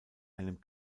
einem